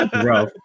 bro